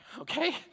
okay